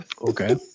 Okay